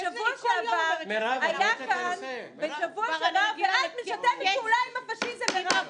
--- את משתפת פעולה עם הפשיזם, מירב.